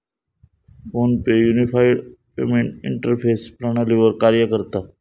phone पे unified payment interface प्रणालीवर कार्य करता